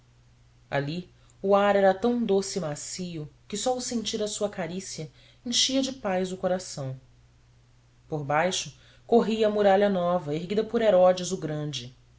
ali o ar era tão doce e macio que só o sentir a sua carícia enchia de paz o coração por baixo corria a muralha nova erguida por herodes o grande